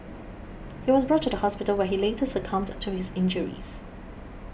he was brought to the hospital where he later succumbed to his injuries